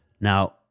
Now